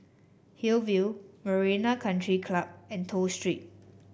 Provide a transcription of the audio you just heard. Hillview Marina Country Club and Toh Street